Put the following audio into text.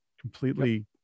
completely